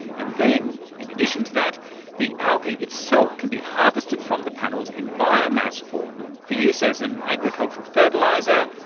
and then, in addition to that, the algae itself can be harvested from the panels in bio-mass form for use as an agricultural fertiliser,